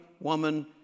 woman